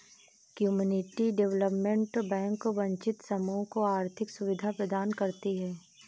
community development bank वंचित समूह को आर्थिक सुविधा प्रदान करती है